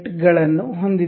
ಗಳನ್ನು ಹೊಂದಿದ್ದೇವೆ